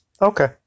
Okay